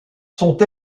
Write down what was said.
sont